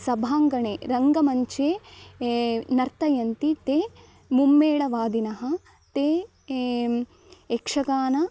सभाङ्गणे रङ्गमञ्चे ये नर्तयन्ति ते मुम्मेळवादिनः ते यक्षगानम्